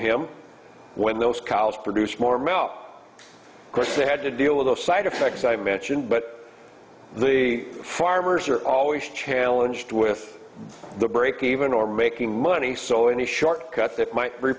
him when those collars produce more mellow course they had to deal with the side effects i mentioned but the farmers are always challenged with the break even or making money so in the short cut that might be